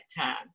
time